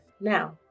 now